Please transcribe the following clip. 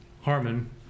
Harmon